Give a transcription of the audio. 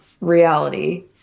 reality